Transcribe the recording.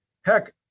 heck